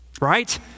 Right